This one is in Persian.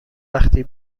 وقتی